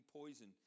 poison